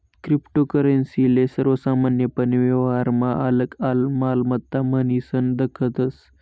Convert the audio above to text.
cryptocurrency ले सर्वसामान्यपने व्यवहारमा आलक मालमत्ता म्हनीसन दखतस